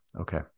Okay